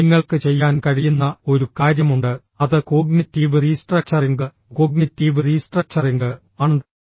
നിങ്ങൾക്ക് ചെയ്യാൻ കഴിയുന്ന ഒരു കാര്യമുണ്ട് അത് കോഗ്നിറ്റീവ് റീസ്ട്രക്ചറിംഗ് cognitive റീസ്ട്രക്ചറിംഗ് ആണ്